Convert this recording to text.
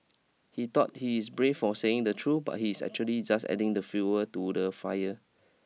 he thought he is brave for saying the truth but he's actually just adding the fuel to the fire